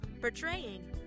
Portraying